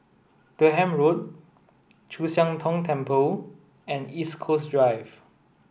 Durham Road Chu Siang Tong Temple and East Coast Drive